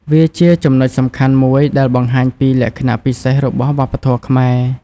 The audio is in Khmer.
វាជាចំណុចសំខាន់មួយដែលបង្ហាញពីលក្ខណៈពិសេសរបស់វប្បធម៌ខ្មែរ។